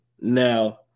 Now